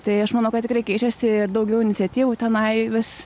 tai aš manau kad tikrai keičiasi ir daugiau iniciatyvų tenai vis